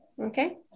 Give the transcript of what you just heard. Okay